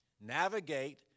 navigate